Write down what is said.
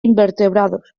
invertebrados